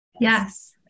Yes